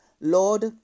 Lord